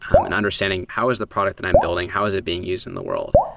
um and understanding how is the product that i'm building, how is it being used in the world?